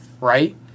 right